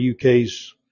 UK's